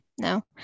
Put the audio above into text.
no